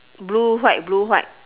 blue white blue white